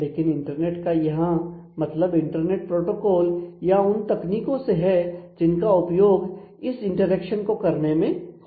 लेकिन इंटरनेट का यहां मतलब इंटरनेट प्रोटोकॉल या उन तकनीकों से है जिनका उपयोग इस इंटरेक्शन को करने में होगा